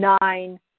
nine